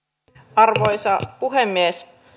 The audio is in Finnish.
arvoisa puhemies